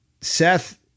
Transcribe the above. Seth